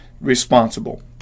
responsible